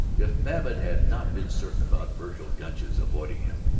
if babbitt had not been certain about vergil gunch's avoiding him,